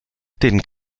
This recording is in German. den